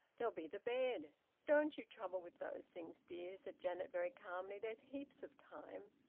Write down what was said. there'll be the bed don't you trouble with those things, dear, said janet, very calmly. there's heaps of time.